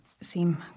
seem